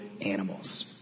animals